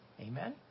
Amen